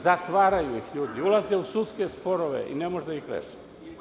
Zatvaraju ih, ljudi ulaze u sudske sporove i ne mogu da ih reše.